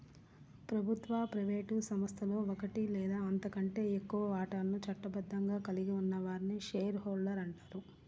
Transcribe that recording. ప్రభుత్వ, ప్రైవేట్ సంస్థలో ఒకటి లేదా అంతకంటే ఎక్కువ వాటాలను చట్టబద్ధంగా కలిగి ఉన్న వారిని షేర్ హోల్డర్ అంటారు